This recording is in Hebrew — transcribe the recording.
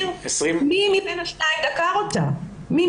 הוא עובר למי שיש הכשרה מתאימה לטפל בתחום הזה.